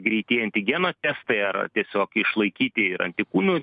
greitieji antigenų testai ar tiesiog išlaikyti ir antikūnų